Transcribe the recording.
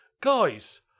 guys